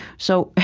so,